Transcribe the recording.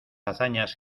hazañas